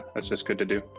it's just good to do.